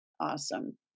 Awesome